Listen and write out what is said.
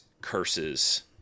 curses